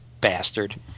bastard